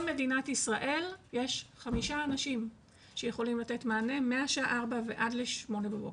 מדינת ישראל יש 5 אנשים שיכולים לתת מענה מהשעה 16:00 ועד ל-8:00 בבוקר.